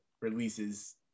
releases